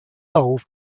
solved